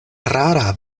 rara